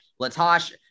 Latasha